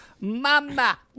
Mama